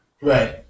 Right